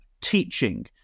teaching